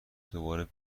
دوباره